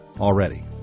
already